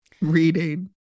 reading